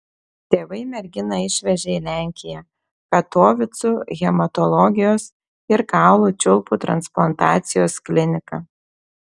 tėvai merginą išvežė į lenkiją katovicų hematologijos ir kaulų čiulpų transplantacijos kliniką